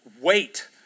Wait